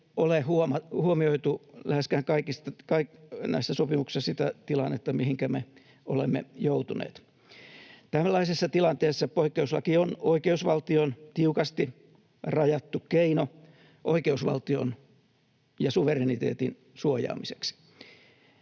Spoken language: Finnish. ole huomioitu sitä tilannetta, mihinkä me olemme joutuneet. Tällaisessa tilanteessa poikkeuslaki on oikeusvaltion tiukasti rajattu keino oikeusvaltion ja suvereniteetin suojaamiseksi.